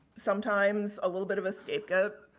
sometimes a little bit of a scapegoat.